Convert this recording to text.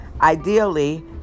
Ideally